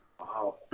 Wow